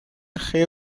خیر